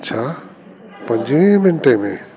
छा पंजुवीह मिंट में